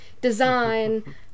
design